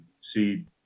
see